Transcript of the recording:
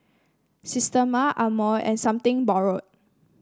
Systema Amore and Something Borrowed